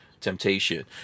temptation